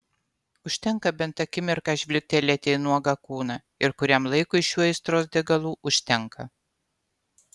užtenka bent akimirką žvilgtelėti į nuogą kūną ir kuriam laikui šių aistros degalų užtenka